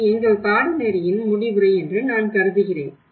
இது எங்கள் பாடநெறியின் முடிவுரை என்று நான் கருதுகிறேன்